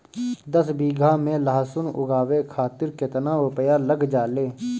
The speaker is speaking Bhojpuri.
दस बीघा में लहसुन उगावे खातिर केतना रुपया लग जाले?